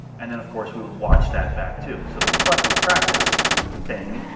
and then of course we would watch that back too. so the reflective practice thing,